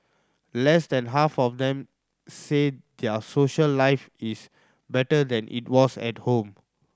less than half of them say their social life is better than it was at home